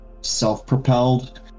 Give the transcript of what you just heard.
self-propelled